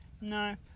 no